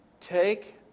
take